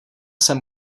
jsem